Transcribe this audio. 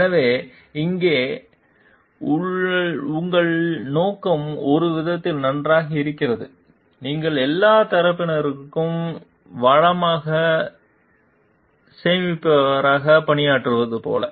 எனவே இங்கே வரை உங்கள் நோக்கம் ஒரு விதத்தில் நன்றாக இருக்கிறது நீங்கள் எல்லா தரப்பினருக்கும் வளமாக சேமிப்பவராக பணியாற்றுவது போல